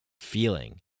feeling